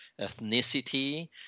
ethnicity